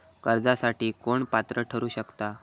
कर्जासाठी कोण पात्र ठरु शकता?